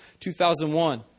2001